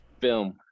film